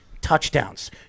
touchdowns